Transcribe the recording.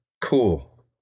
cool